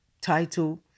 title